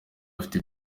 bafite